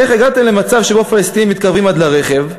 "איך הגעתם למצב שבו פלסטינים מתקרבים עד לרכב,